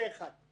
זה דבר אחד.